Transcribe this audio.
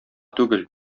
түгел